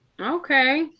okay